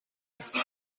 است